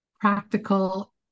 practical